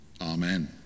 Amen